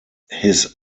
his